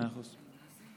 תודה, אדוני.